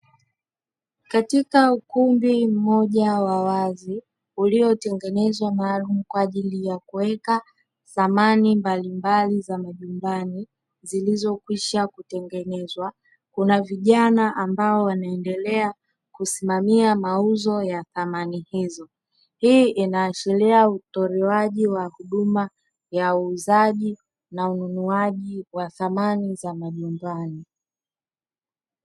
Katika ukumbi mmoja wa wazi uliotengenezwa maalumu cha ajili ya kuweka samani mbalimbali za majumbani zilizokwisha kutengenezwa. Kuna vijana ambao wanaendelea kusimamia mauzo ya samani hizo. Hii inaashiria utolewaji wa huduma ya uuzaji na ununuaji wa samani za majumbani.